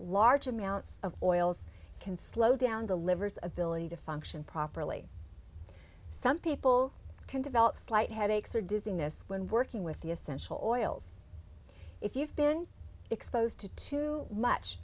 large amounts of oils can slow down the livers ability to function properly some people can develop slight headaches or dizziness when working with the essential oils if you've been exposed to too much